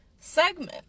segment